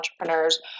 entrepreneurs